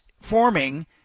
forming